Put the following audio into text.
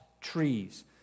trees